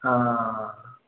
ആ